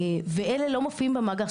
ואלה לא מופיעים במאגר.